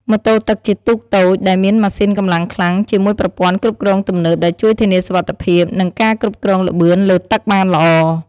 ម៉ូតូទឹកជាទូកតូចដែលមានម៉ាស៊ីនកម្លាំងខ្លាំង ជាមួយប្រព័ន្ធគ្រប់គ្រងទំនើបដែលជួយធានាសុវត្ថិភាព និងការគ្រប់គ្រងល្បឿនលើទឹកបានល្អ។